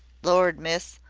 lord, miss!